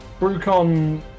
Brucon